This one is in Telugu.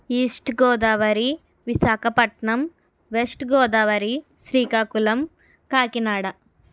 east Godavari Visakhapatnam west Godavari Srikakulam Kakinada